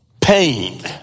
pain